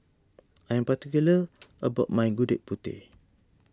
I'm particular about my Gudeg Putih